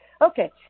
Okay